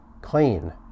clean